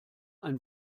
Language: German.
ein